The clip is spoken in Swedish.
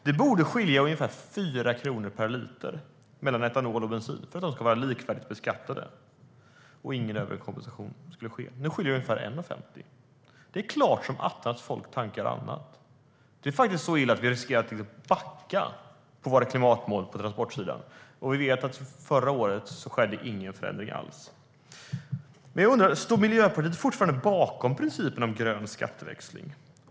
Det borde skilja ungefär 4 kronor per liter mellan etanol och bensin för att de ska vara likvärdigt beskattade utan överkompensation. Nu skiljer det ungefär 1,50 kronor. Det är klart som attan att folk tankar annat. Det är faktiskt så illa att vi riskerar att backa på våra klimatmål på transportsidan. Förra året skedde det ingen förändring alls. Jag undrar: Står Miljöpartiet fortfarande bakom principen om grön skatteväxling?